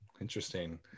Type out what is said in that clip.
interesting